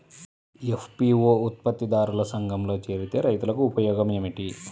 FPO ఉత్పత్తి దారుల సంఘములో చేరితే రైతులకు ఉపయోగము ఏమిటి?